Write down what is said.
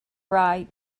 right